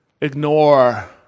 ignore